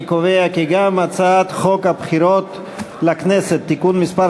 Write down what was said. אני קובע כי גם הצעת חוק הבחירות לכנסת (תיקון מס'